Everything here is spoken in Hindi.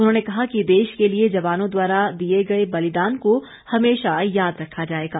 उन्होंने कहा है कि देश के लिए जवानों द्वारा दिए गए बलिदान को हमेशा याद रखा जाएगा